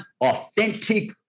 authentic